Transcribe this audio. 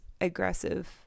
aggressive